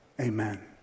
Amen